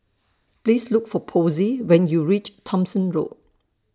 Please Look For Posey when YOU REACH Thomson Road